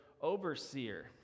overseer